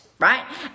right